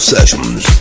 Sessions